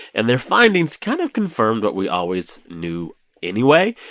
and their findings kind of confirmed what we always knew anyway.